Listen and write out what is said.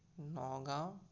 Nagaon